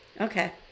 Okay